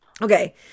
Okay